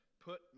Put